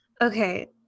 Okay